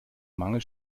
mangel